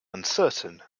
uncertain